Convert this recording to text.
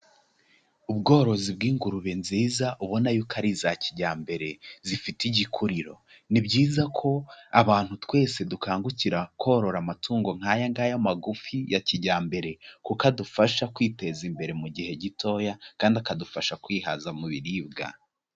Ubworozi bw'ingurube nziza ubona yuko ari iza kijyambere zifite igikuriro, ni byiza ko abantu twese dukangukira korora amatungo nk'aya ngaya magufa ya kijyambere kuko adufasha kwiteza imbere mu gihe gitoya kandi akadufasha kwihaza mu biribwa.